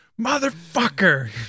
Motherfucker